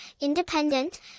independent